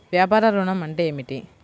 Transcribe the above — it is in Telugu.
వ్యాపార ఋణం అంటే ఏమిటి?